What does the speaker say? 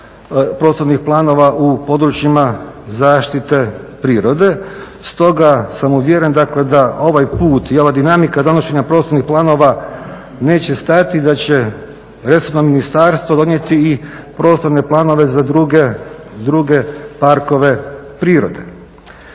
prostornih planova u područjima zaštite prirode. Stoga sam uvjeren, dakle da ovaj put i ova dinamika donošenja prostornih planova neće stati, da će resorno ministarstvo donijeti i prostorne planove za druge parkove prirode.